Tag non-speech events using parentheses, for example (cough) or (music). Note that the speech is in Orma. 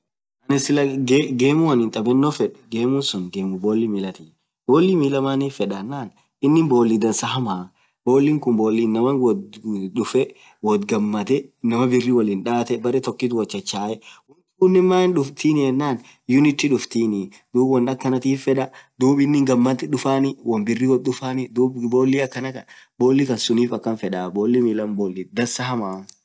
annin gemmu annin clah tabeno feed gemmu bolli millatii, maanif feddah ennan innin bolli dansa hamaa bollin kuun bolli innaman woat duffe woa't gammade innama birii woa't chachaee woan tuunen maan dufftinii ennan unnity duftiini, duub (hesitation) woan akkanatiif fedda woan birri dufanii ,gammad dufaani duub bolikkan sunif fedda bolli millan kuun bolli dansaa hamma.